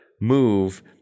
move